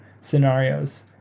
scenarios